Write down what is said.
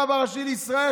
הרב הראשי לישראל,